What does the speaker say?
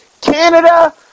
Canada